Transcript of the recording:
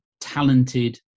talented